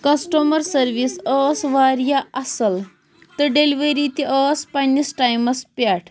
customer service ٲس وارِیاہ اَصٕل تہٕ ڈیٚلؤری تہِ ٲس پنٛنِس ٹایمَس پٮ۪ٹھ